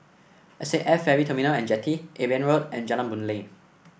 S A F Ferry Terminal at Jetty Eben Road and Jalan Boon Lay